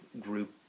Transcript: group